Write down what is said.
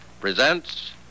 presents